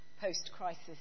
post-crisis